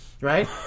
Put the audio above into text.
right